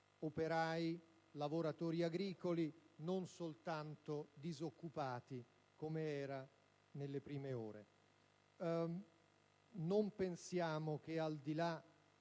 operai, lavoratori agricoli, e non soltanto disoccupati, come era nelle prime ore. Non pensiamo che, al di là